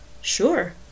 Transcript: Sure